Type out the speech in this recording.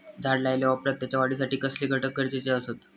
झाड लायल्या ओप्रात त्याच्या वाढीसाठी कसले घटक गरजेचे असत?